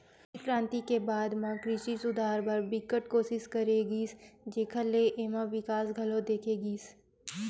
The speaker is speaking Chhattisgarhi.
हरित करांति के बाद म कृषि सुधार बर बिकट कोसिस करे गिस जेखर ले एमा बिकास घलो देखे गिस